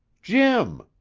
jim!